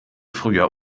früher